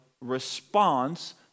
response